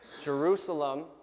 Jerusalem